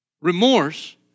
Remorse